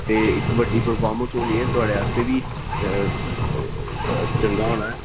एह् इक बड्डी परफार्मेंस होनी ऐ थुआढ़े आस्तै बी चंगा होना